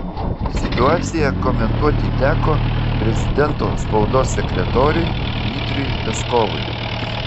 situaciją komentuoti teko prezidento spaudos sekretoriui dmitrijui peskovui